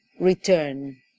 return